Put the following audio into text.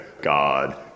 God